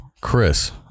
Chris